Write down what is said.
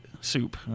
soup